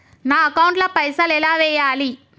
నా అకౌంట్ ల పైసల్ ఎలా వేయాలి?